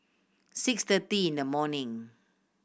six thirty in the morning